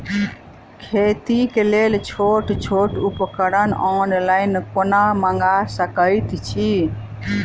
खेतीक लेल छोट छोट उपकरण ऑनलाइन कोना मंगा सकैत छी?